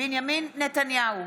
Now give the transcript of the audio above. בנימין נתניהו,